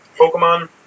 Pokemon